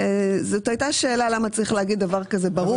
זאת הייתה שאלה למה צריך להגיד דבר כזה ברור.